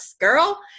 girl